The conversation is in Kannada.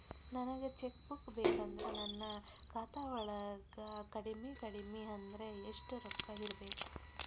ನನಗ ಚೆಕ್ ಬುಕ್ ಬೇಕಂದ್ರ ನನ್ನ ಖಾತಾ ವಳಗ ಕಡಮಿ ಕಡಮಿ ಅಂದ್ರ ಯೆಷ್ಟ್ ರೊಕ್ಕ ಇರ್ಬೆಕು?